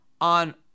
on